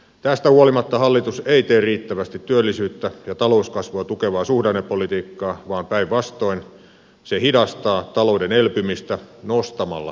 tästä huolimatta hallitus ei tee riittävästi työllisyyttä ja talouskasvua tukevaa suhdannepolitiikkaa vaan päinvastoin se hidastaa talouden elpymistä nostamalla kustannustasoa